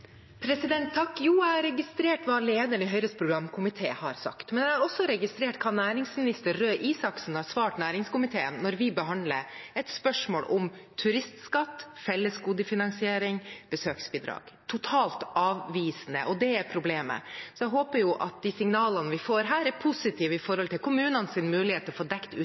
Jeg har registrert hva lederen i Høyres programkomité har sagt, men jeg har også registrert hvordan tidligere næringsminister Røe Isaksen har svart næringskomiteen da vi behandlet et spørsmål om turistskatt, fellesgodefinansiering og besøksbidrag: totalt avvisende. Det er problemet. Jeg håper de signalene vi får her, er positive for kommunenes muligheter til å få dekket utgiftene sine. Vestvågøy kommune står i en helt aktuell situasjon. De har fått avslag på å